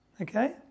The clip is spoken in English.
Okay